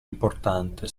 importante